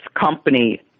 company